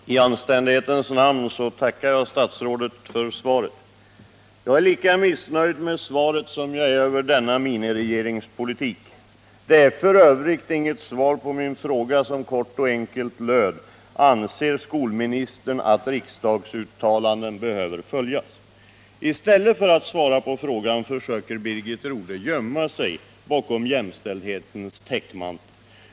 Herr talman! I anständighetens namn tackar jag statsrådet för svaret. Jag är lika missnöjd med svaret som jag är över denna miniregerings politik. Det är f. ö. inget svar på min fråga, som kort och enkelt löd: Anser skolministern att riksdagsuttalanden behöver följas? I stället för att svara på frågan försöker Birgit Rodhe gömma sig bakom jämställdhetens täckmantel.